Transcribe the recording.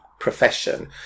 profession